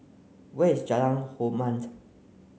where is Jalan Hormat